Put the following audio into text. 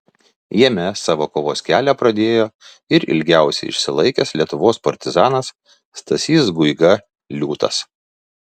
jame savo kovos kelią pradėjo ir ilgiausiai išsilaikęs lietuvos partizanas stasys guiga liūtas